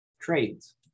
trades